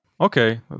Okay